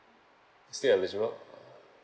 still eligible